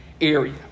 area